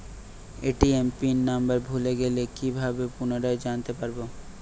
ATM pin number ভুলে গেলে কি ভাবে পুনরায় জানতে পারবো?